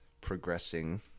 progressing